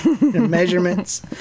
Measurements